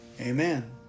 Amen